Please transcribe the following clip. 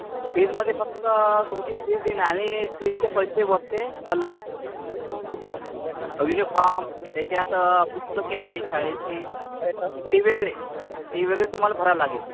फीजमध्ये फक्त तुमची फीज येना आणि फीजचे पैसे वरचे अलग विनिफॉर्म त्याचात पुस्तके आली शाळेची ती वेगळे ती वेगळी तुम्हाला भरावं लागेल